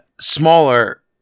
smaller